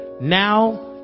Now